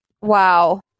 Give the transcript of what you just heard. Wow